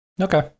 Okay